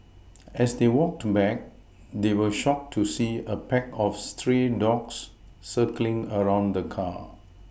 as they walked back they were shocked to see a pack of stray dogs circling around the car